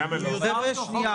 בוודאי.